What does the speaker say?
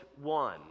one